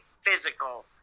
physical